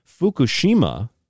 Fukushima